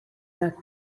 that